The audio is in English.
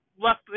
left